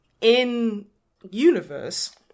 in-universe